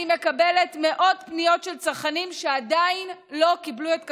מקבלת מאות פניות של צרכנים שעדיין לא קיבלו את כספם.